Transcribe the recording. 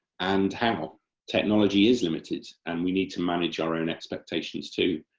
and how. technology is limited and we need to manage our own expectations too.